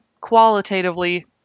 qualitatively